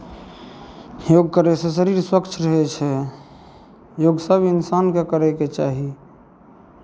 योग करयसँ शरीर स्वच्छ रहै छै योगसभ इंसानकेँ करयके चाही